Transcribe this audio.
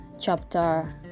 chapter